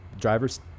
driver's